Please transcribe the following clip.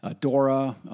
DORA